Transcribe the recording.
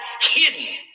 hidden